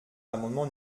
l’amendement